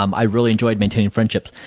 um i really enjoyed maintaining friendships.